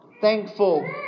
thankful